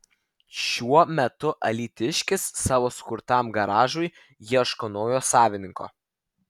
šiuo metu alytiškis savo sukurtam garažui ieško naujo savininko